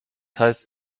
heißt